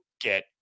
get